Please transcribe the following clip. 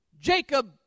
Jacob